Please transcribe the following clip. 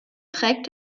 trägt